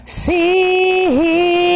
see